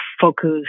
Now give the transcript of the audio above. focus